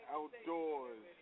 Outdoors